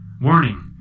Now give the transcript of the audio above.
Warning